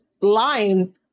lying